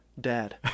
dad